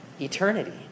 eternity